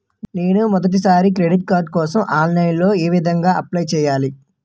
నేను మొదటిసారి credit card కోసం ఆన్లైన్ లో ఏ విధంగా అప్లై చేయాలి?